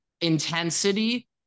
intensity